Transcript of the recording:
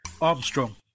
Armstrong